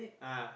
ah